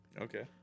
Okay